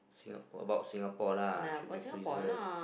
Singapore about Singapore lah should be preserved